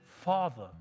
Father